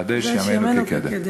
חדש ימינו כקדם.